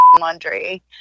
laundry